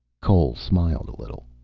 cole smiled a little.